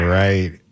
right